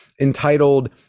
entitled